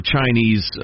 Chinese